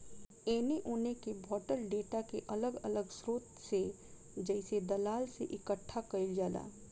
एने ओने के बॉटल डेटा के अलग अलग स्रोत से जइसे दलाल से इकठ्ठा कईल जाला